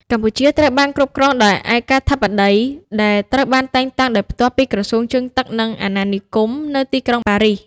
កម្ពុជាត្រូវបានគ្រប់គ្រងដោយ ឯកាធិបតី ដែលត្រូវបានតែងតាំងដោយផ្ទាល់ពីក្រសួងជើងទឹក និងអាណានិគមនៅទីក្រុងប៉ារីស។